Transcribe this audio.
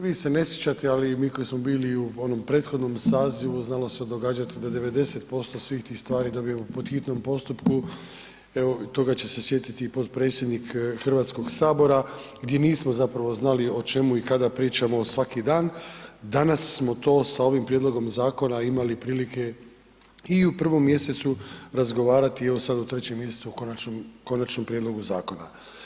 Vi se ne sjećate, ali mi koji smo bili u onom prethodnome sazivu znalo se događati da 90% svih tih stvari dobijemo po hitnom postupku, evo toga će se sjetiti i potpredsjednik Hrvatskog sabora, gdje nismo zapravo znali o čemu i kada pričamo svaki dan, danas smo to sa ovim prijedlogom zakona imali prilike i u 1. mjesecu razgovarati i evo sad u 3. mjesecu o konačnom, o konačnom prijedlogu zakona.